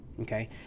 Okay